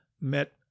met